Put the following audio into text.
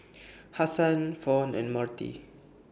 Hassan Fawn and Marty